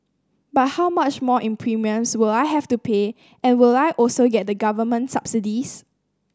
but how much more in premiums will I have to pay and will I also get the government subsidies